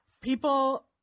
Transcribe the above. people